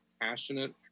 passionate